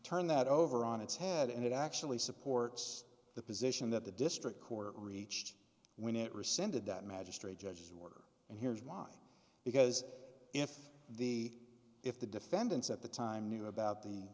turned that over on its head and it actually supports the position that the district court reached when it rescinded that magistrate judge's order and here's why because if the if the defendants at the time knew about the